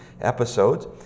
episodes